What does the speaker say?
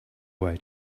way